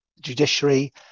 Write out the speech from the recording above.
judiciary